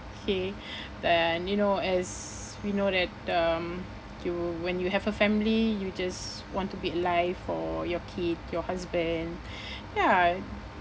K then you know as we know that um you when you have a family you just want to be alive for your kid your husband ya